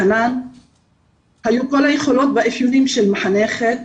לחנאן היו כל היכולות והכישורים של מחנכת,